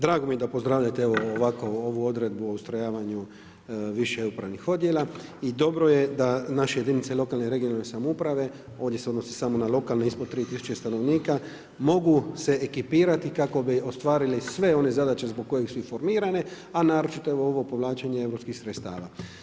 Drago mi je da pozdravljate ovako ovu odredbu o ustrajavanju više upravnih odjela i dobro je da naše jedinice lokalne i regionalne samouprave, ovdje se odnosi samo na lokalne ispod 3 tisuće stanovnika, mogu se ekipirati kako bi ostvarili sve one zadaće zbog kojih su i formirane, a naročito povlačenje europskih sredstava.